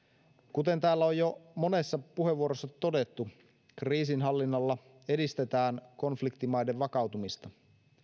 kuten täällä on jo monessa puheenvuorossa todettu kriisinhallinnalla edistetään konfliktimaiden vakautumista